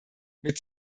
mit